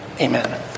Amen